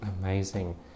Amazing